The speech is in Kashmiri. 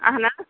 اہن حظ